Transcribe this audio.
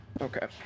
Okay